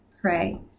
pray